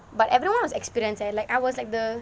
but everyone was experience leh like I was like the